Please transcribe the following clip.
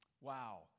Wow